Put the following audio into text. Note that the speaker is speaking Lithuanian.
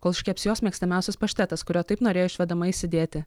kol iškeps jos mėgstamiausias paštetas kurio taip norėjo išvedama įsidėti